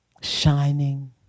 shining